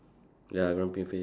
ya grumpy face